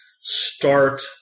start